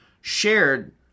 shared